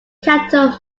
cattle